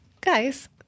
guys